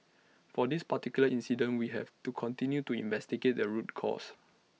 for this particular incident we have to continue to investigate the root causes